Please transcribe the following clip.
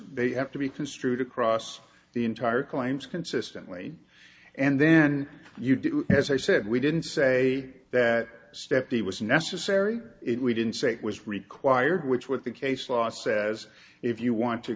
they have to be construed across the entire claims consistently and then you do as i said we didn't say that stepney was necessary it we didn't say it was required which was the case law says if you want to